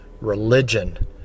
religion